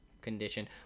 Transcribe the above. condition